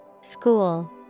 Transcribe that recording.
School